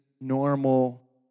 normal